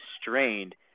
strained